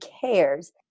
cares